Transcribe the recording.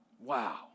Wow